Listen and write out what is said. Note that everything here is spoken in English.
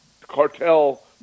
cartel